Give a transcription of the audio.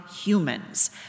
humans